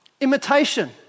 imitation